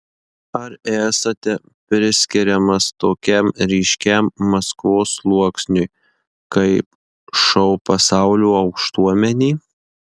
ar esate priskiriamas tokiam ryškiam maskvos sluoksniui kaip šou pasaulio aukštuomenė